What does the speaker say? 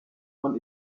von